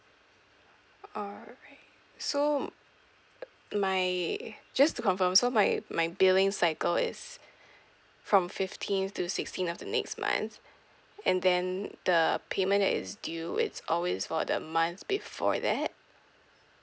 alright so my just to confirm so my my billing cycle is from fifteenth to sixteenth of the next month and then the payment that is due it's always for the month before that